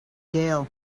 gale